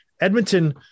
Edmonton